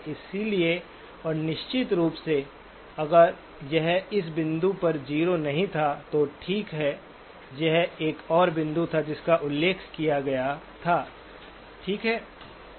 इसलिए और निश्चित रूप से अगर यह इस बिंदु पर 0 नहीं था तो ठीक है यह एक और बिंदु था जिसका उल्लेख किया गया था ठीक है